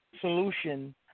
solution